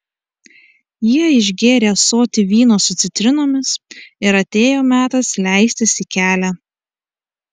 jie išgėrė ąsotį vyno su citrinomis ir atėjo metas leistis į kelią